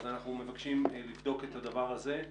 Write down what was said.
אז אנחנו מבקשים לבדוק את הדבר הזה.